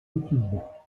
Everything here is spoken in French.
youtube